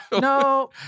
No